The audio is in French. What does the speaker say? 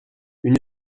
une